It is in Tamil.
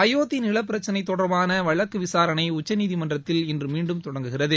அயோத்தி நிலம் பிரச்சினை தொடர்பான வழக்கு விசாரணை உச்சநீதிமன்றத்தில் இன்று மீண்டும் தொடங்குகிறது